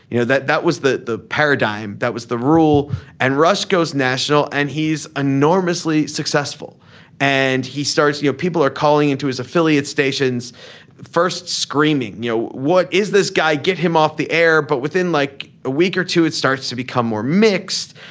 you know that that was the the paradigm that was the rule and rush goes national and he's enormously successful and he starts you know people are calling into his affiliate stations first screaming you know what is this guy. get him off the air. but within like a week or two it starts to become more mixed.